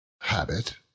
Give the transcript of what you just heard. Habit